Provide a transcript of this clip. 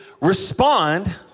respond